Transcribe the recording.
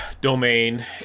domain